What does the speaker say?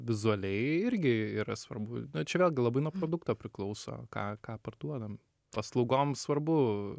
vizualiai irgi yra svarbu nu čia vėlgi labai nuo produkto priklauso ką ką parduodam paslaugom svarbu